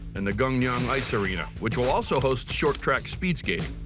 in the gangneung ice arena, which will also host short track speed skating.